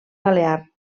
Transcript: balear